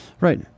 Right